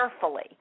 carefully